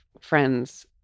friends